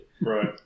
Right